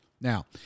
Now